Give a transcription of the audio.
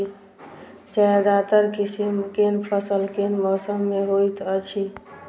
ज्यादातर किसिम केँ फसल केँ मौसम मे होइत अछि?